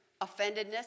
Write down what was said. offendedness